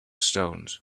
stones